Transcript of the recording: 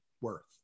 worth